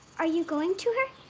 are you going to her?